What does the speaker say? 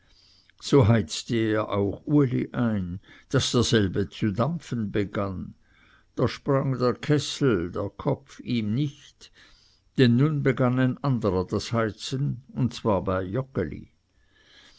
so heizte er auch uli ein daß derselbe zu dampfen begann doch sprang der kessel der kopf ihm nicht denn nun begann ein anderer das heizen und zwar bei